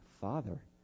father